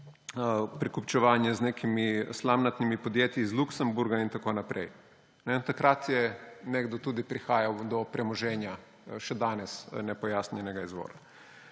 prekupčevanje z nekimi slamnatimi podjetji iz Luksemburga in tako naprej. Takrat je nekdo tudi prihajal do premoženja, še danes nepojasnjenega izvora.